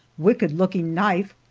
wicked-looking knife,